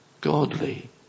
Godly